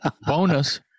bonus